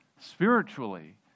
spiritually